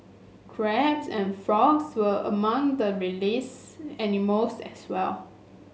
crabs and frogs were among the released animals as well